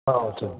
ஆ சரிங்க